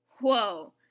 Whoa